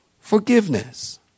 Forgiveness